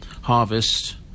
harvest